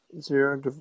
Zero